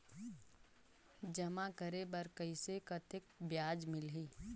जमा करे बर कइसे कतेक ब्याज मिलही?